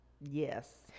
yes